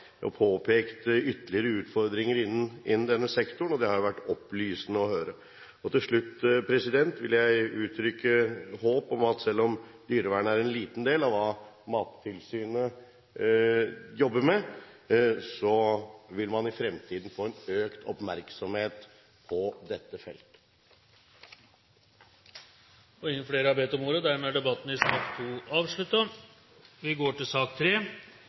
påpekt ytterligere utfordringer innen denne sektoren. Det har vært opplysende å høre. Til slutt vil jeg uttrykke håp om at selv om dyrevernet er en liten del av hva Mattilsynet jobber med, vil man i fremtiden få en økt oppmerksomhet på dette feltet. Flere har ikke bedt om ordet til sak nr. 2. I